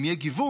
אם יהיה גיוון,